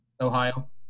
Ohio